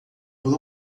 por